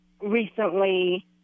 recently